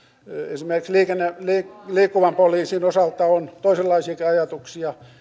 esimerkiksi liikkuvan poliisin osalta on toisenlaisiakin ajatuksia